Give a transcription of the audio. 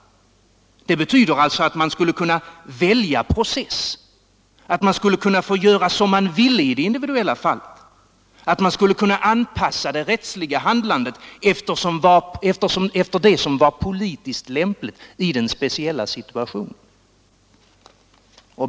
Det betyder nämligen att man skulle kunna välja process, att man skulle kunna få göra som man ville i det individuella fallet, att man skulle kunna anpassa det rättsliga handlandet efter det som var politiskt lämpligt i den speciella situationen.